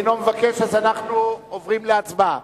אינו מבקש, אז אנחנו עוברים להצבעה.